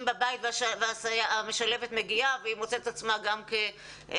בבית והמשלבת מגיעה והיא מוצאת את עצמה גם כ --- בדיוק.